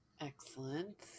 excellent